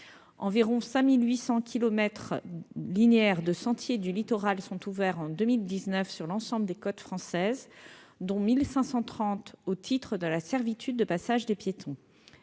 Environ 5 800 kilomètres linéaires de sentiers du littoral sont ouverts en 2019 sur l'ensemble des côtes françaises, dont 1 530 kilomètres au titre de la servitude de passage des piétons.